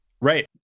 right